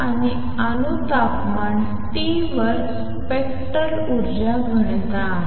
आणि अणू तापमान T वर स्पेक्ट्रल ऊर्जा घनता आहे